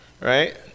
right